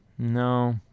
No